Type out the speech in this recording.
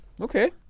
okay